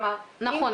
נכון.